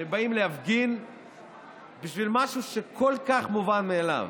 שהם באים להפגין בשביל משהו שכל כך מובן מאליו.